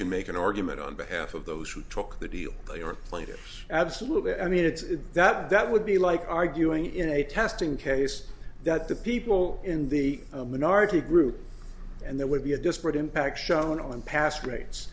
can make an argument on behalf of those who took the deal or played it absolutely i mean it's that that would be like arguing in a testing case that the people in the minority group and there would be a disparate impact shown on past rates